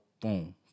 Boom